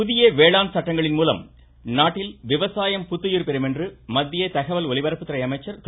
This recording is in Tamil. புதிய வேளாண் சட்டங்களின் மூலம் நாட்டில் விவசாயம் புத்துயிர் பெரும் என மத்திய தகவல் ஒலிபரப்புத்துறை அமைச்சர் திரு